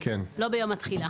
אל ביום התחילה.